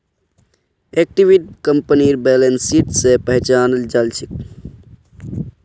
इक्विटीक कंपनीर balance sheet स पहचानाल जा छेक